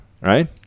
right